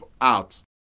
out